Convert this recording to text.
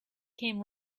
came